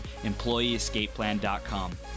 EmployeeEscapePlan.com